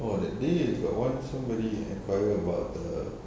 oh that day got one somebody enquire about the